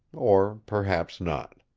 or perhaps not.